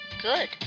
Good